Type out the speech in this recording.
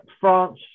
France